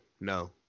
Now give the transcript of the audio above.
No